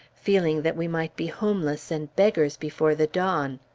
feeling that we might be homeless and beggars before the dawn.